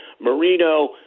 Marino